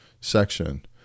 section